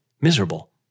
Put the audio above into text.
miserable